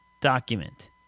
document